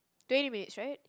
twenty minutes right